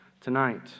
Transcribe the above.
tonight